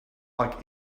like